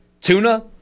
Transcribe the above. Tuna